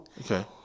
Okay